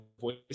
voice